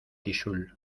tixul